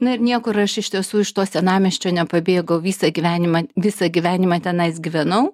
na ir niekur aš iš tiesų iš to senamiesčio nepabėgau visą gyvenimą visą gyvenimą tenais gyvenau